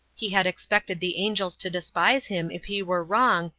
he had expected the angels to despise him if he were wrong,